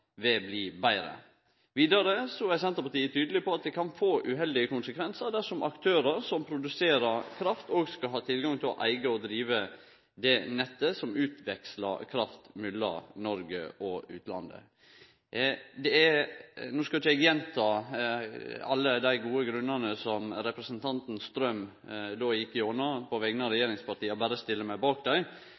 vil bli betre. Vidare er Senterpartiet tydeleg på at det kan få uheldige konsekvensar dersom aktørar som produserer kraft, òg skal ha tilgang til å eige og drive det nettet som utvekslar kraft mellom Norge og utlandet. No skal eg ikkje gjenta alle dei gode grunnane som representanten Strøm gjekk igjennom på vegner av regjeringspartia, eg vil berre stille meg bak dei